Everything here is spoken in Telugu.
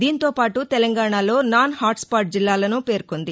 దీంతో పాటు తెలంగాణలో నాన్ హాట్స్పాట్ జిల్లాలనూ పేర్కొంది